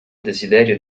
desiderio